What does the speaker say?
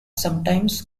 sometimes